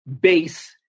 Base